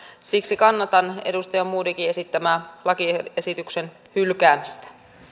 siksi kannatan edustaja modigin esittämää lakiesityksen hylkäämistä